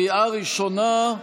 בקריאה ראשונה.